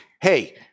hey—